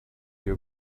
you